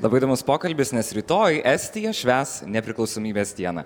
labai įdomus pokalbis nes rytoj estija švęs nepriklausomybės dieną